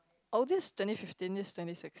oh this twenty fifteen this twenty six